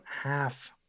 half